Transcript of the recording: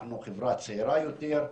אנחנו חברה צעירה יותר,